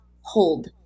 hold